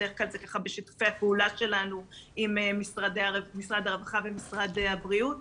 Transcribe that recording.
בדרך כלל זה בשיתופי הפעולה שלנו עם משרד הרווחה ומשרד הבריאות.